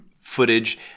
footage